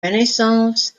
renaissance